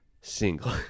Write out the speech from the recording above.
single